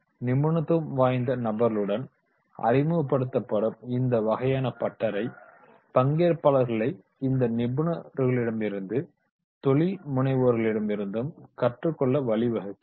நிபுணத்துவம் வாய்ந்த நபர்களுடன் அறிமுகப்படுத்தப்படும் இந்த வகையான ஒர்க்கஷாப் வகுப்புகள் பங்கேற்பாளர்களை இந்த நிபுணர்களிடமிருந்தும் தொழில் முனைவோர்களிடமிருந்தும் கற்றுக் கொள்ள வழிவகுக்கிறது